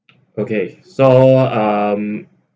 okay so um